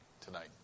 tonight